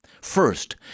First